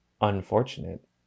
unfortunate